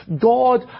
God